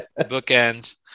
Bookend